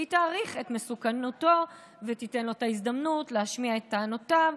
והיא תעריך את מסוכנותו ותיתן לו את ההזדמנות להשמיע את טענותיו.